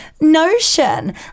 notion